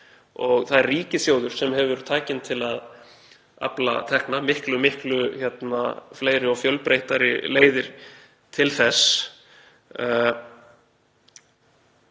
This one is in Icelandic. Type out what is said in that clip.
og það er ríkissjóður sem hefur tækin til að afla tekna, miklu fleiri og fjölbreyttari leiðir til þess.